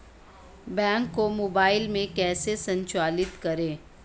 Bank को mobile में कैसे संचालित करें?